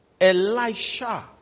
Elisha